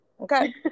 okay